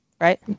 right